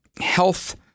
health